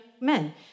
men